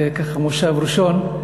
זה מושב ראשון,